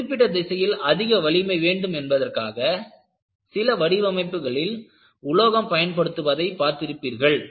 ஒரு குறிப்பிட்ட திசையில் அதிக வலிமை வேண்டும் என்பதற்காக சில வடிவமைப்புகளில் கம்போசிட் உலோகம் பயன்படுத்துவதை பார்த்திருப்பீர்கள்